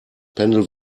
pendel